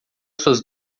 suas